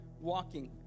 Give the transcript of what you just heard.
walking